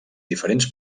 diferents